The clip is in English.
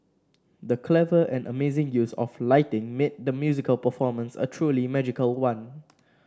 the clever and amazing use of lighting made the musical performance a truly magical one